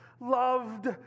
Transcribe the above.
Loved